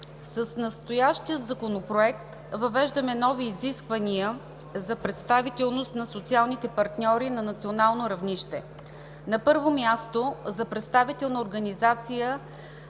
С настоящия Законопроект въвеждаме нови изисквания за представителност на социалните партньори на национално равнище. На първо място, за представителна организация